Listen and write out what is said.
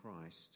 Christ